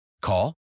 Call